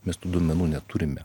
mes tų duomenų neturime